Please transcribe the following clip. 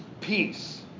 peace